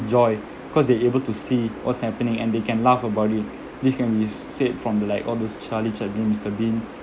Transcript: joy cause they able to see what's happening and they can laugh about it this can be said from like all those charlie chaplin mister bean